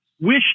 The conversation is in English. wish